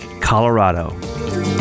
Colorado